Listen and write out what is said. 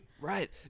Right